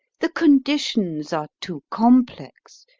the conditions are too complex,